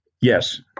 Yes